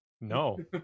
No